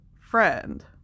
friend